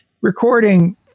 recording